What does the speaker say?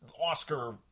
Oscar